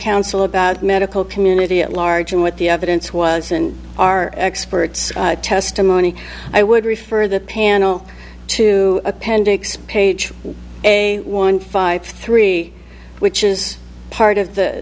counsel about medical community at large and what the evidence was and our experts testimony i would refer the panel to appendix page one five three which is part of